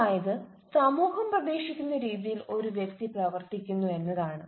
അതായത് സമൂഹം പ്രതീക്ഷിക്കുന്ന രീതിയിൽ ഒരു വ്യക്തി പ്രവർത്തിക്കുന്നു എന്നതാണ്